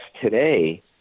today